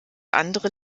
andere